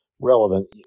relevant